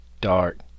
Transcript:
dark